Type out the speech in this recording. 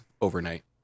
overnight